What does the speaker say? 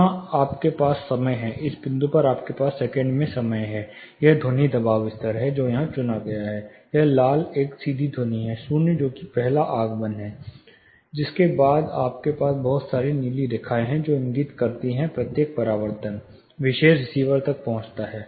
यहां आपके पास समय है इस बिंदु पर आपके पास सेकंड में समय है यह ध्वनि दबाव स्तर है जो यहां चुना गया है वह लाल एक सीधी ध्वनि है शून्य जो कि पहला आगमन है जिसके बाद आपके पास बहुत सारी नीली रेखाएं हैं जो इंगित करती हैं प्रत्येक परावर्तन विशेष रिसीवर तक पहुंचता है